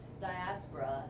diaspora